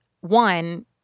one